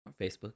facebook